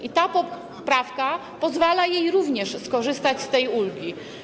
I ta poprawka pozwala jej również skorzystać z tej ulgi.